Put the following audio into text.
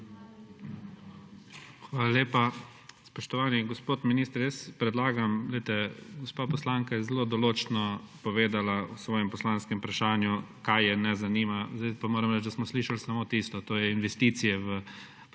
Hvala lepa. Spoštovani gospod minister, jaz predlagam, gospa poslanka je zelo določno povedala v svojem poslanskem vprašanju, kaj je ne zanima. Moram reči, da smo slišali samo tisto, to je investicije v